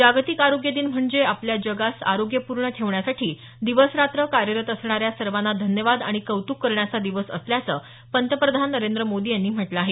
जागतिक आरोग्य दिन म्हणजे आपल्या जगास आरोग्यपूर्ण ठेवण्यासाठी दिवस रात्र कार्यरत असणाऱ्या सर्वांना धन्यवाद आणि कौतुक करण्याचा दिवस असल्याचं पंतप्रधान नरेंद्र मोदी यांनी म्हटलं आहे